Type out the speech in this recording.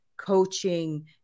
coaching